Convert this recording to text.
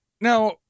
now